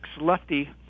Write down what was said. lefty